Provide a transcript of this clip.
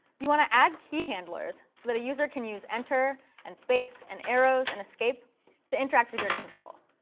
you want to add key handlers so that a user can use enter and space and arrows and escape to interact with your control.